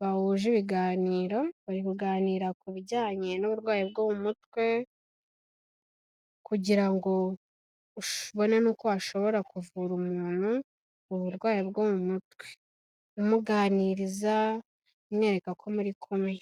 bahuje ibiganiro bari kuganira ku bijyanye n'uburwayi bwo mu mutwe kugira ngo ubone n'uko washobora kuvura umuntu uburwayi bwo mu mutwe, umuganiriza umwereka ko muri kumwe.